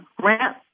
grant